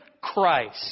Christ